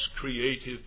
creative